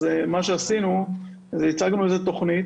אז מה שעשינו זה הצגנו עם זה לתכנית,